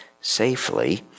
safely